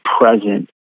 present